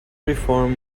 reform